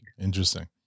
Interesting